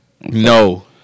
No